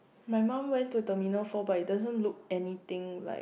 my mum went to terminal four but it doesn't look anything like